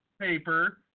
paper